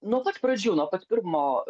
nuo pat pradžių nuo pat pirmo